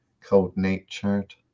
cold-natured